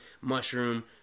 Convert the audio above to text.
mushroom